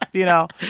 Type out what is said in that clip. you know?